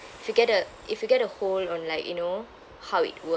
if you get a if you get a hold on like you know how it works